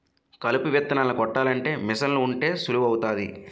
కలుపు విత్తనాలు కొట్టాలంటే మీసన్లు ఉంటే సులువు అవుతాది